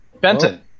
Benton